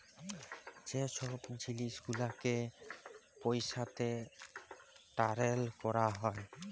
যে ছব জিলিস গুলালকে পইসাতে টারেল ক্যরা হ্যয়